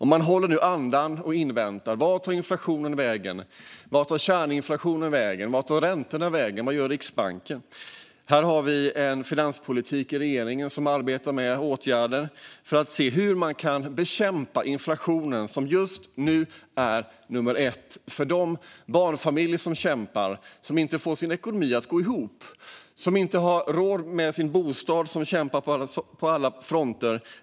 Man håller andan och inväntar besked om vart inflationen, kärninflationen och räntorna tar vägen och vad Riksbanken gör. Regeringens finanspolitik innebär åtgärder för att se hur man kan bekämpa inflationen. Det är just nu nummer ett för de barnfamiljer som inte får sin ekonomi att gå ihop, som inte har råd med sin bostad och som kämpar på alla fronter.